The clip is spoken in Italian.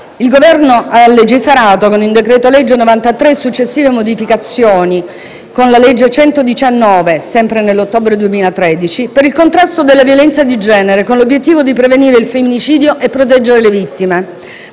il Governo ha legiferato, con il decreto-legge n. 93, ad agosto del 2013, e successive modificazioni con la Legge 119, nell'ottobre 2013, per il contrasto della violenza di genere con l'obiettivo di prevenire il femminicidio e proteggere le vittime.